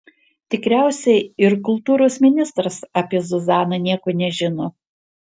tikriausiai ir kultūros ministras apie zuzaną nieko nežino